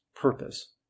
purpose